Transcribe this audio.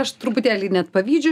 aš truputėlį net pavydžiu